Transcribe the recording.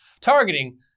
targeting